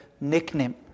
nickname